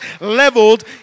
leveled